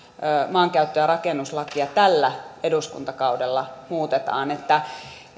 maankäyttö ja rakennuslakia tällä eduskuntakaudella muutetaan